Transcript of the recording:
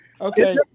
okay